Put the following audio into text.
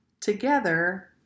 together